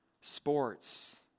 sports